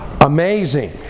amazing